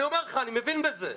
אני אומר לך, אני מבין בזה.